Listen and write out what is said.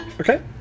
Okay